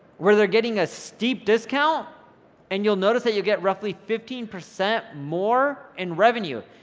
where they're getting a steep discount and you'll notice that you get roughly fifteen percent more in revenue,